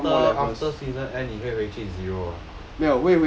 after after season end 你会回去 zero ah